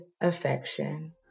affection